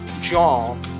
John